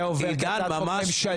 זה היה עובר כהצעת חוק ממשלתית.